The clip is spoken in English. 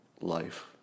life